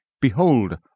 Behold